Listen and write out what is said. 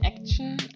action